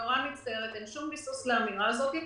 אין שום ביסוס לאמירה הזאת,